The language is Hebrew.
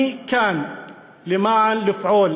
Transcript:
אני כאן כדי לפעול